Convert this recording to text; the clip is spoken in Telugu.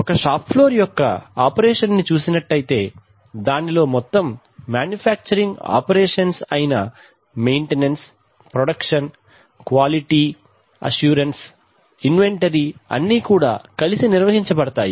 ఒక షాప్ ఫ్లోర్ యొక్క ఆపరేషన్ ని చూసినట్లయితే దానిలో మొత్తం మ్యానుఫ్యాక్చరింగ్ ఆపరేషన్స్ అయిన maintenance production quality assurance inventory అన్ని కూడా కలిసి నిర్వహించబడతాయి